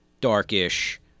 darkish